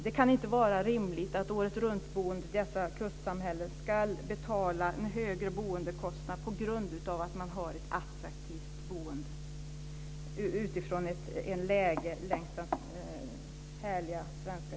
Det kan inte vara rimligt att åretruntboende i dessa kustsamhällen ska betala en högre boendekostnad på grund av att de har ett attraktivt boende vid den härliga svenska kusten.